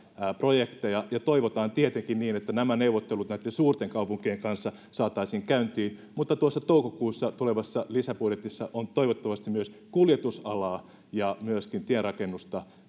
projekteja toivotaan tietenkin että nämä neuvottelut näitten suurten kaupunkien kanssa saataisiin käyntiin mutta tuossa toukokuussa tulevassa lisäbudjetissa on toivottavasti myös kuljetusalaa ja myöskin tienrakennusta